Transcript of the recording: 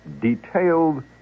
detailed